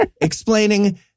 explaining